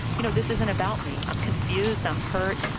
you know, this isn't about me. i'm confused. i'm hurt.